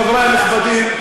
חברי הנכבדים,